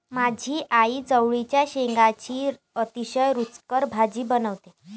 माझी आई चवळीच्या शेंगांची अतिशय रुचकर भाजी बनवते